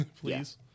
Please